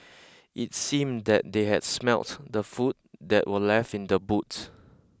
it seemed that they had smelt the food that were left in the boots